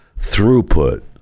throughput